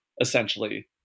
essentially